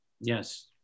Yes